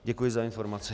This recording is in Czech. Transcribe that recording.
Děkuji za informaci.